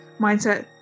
mindset